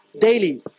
daily